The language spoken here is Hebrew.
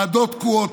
ועדות תקועות,